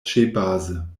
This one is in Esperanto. ĉebaze